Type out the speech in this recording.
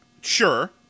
Sure